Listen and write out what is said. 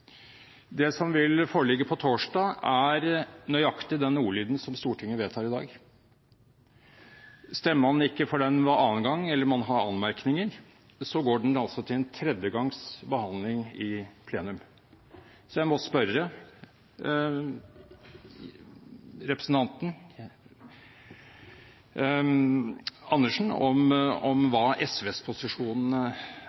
Det som vil foreligge på torsdag, er nøyaktig den ordlyden som Stortinget vedtar i dag. Stemmer man ikke for den ved annen gangs behandling eller man har anmerkninger, går den altså til en tredje gangs behandling i plenum. Så jeg må spørre representanten Andersen om hva SVs posisjon